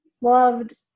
loved